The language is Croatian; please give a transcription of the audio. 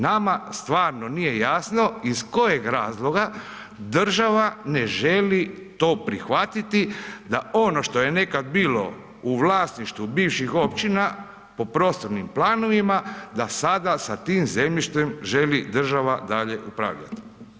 Nama stvarno nije jasno iz kojeg razloga država ne želi to prihvatiti da ono što je nekada bilo u vlasništvu bivših općina po prostornim planovima da sada sa tim zemljištem želi država dalje upravljati.